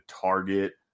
target